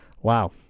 Wow